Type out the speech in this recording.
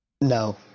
No